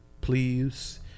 please